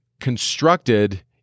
constructed